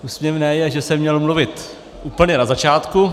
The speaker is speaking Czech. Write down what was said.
Úsměvné je, že jsem měl mluvit úplně na začátku.